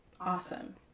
awesome